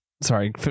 Sorry